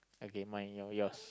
okay mine your yours